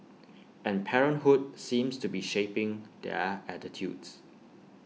and parenthood seems to be shaping their attitudes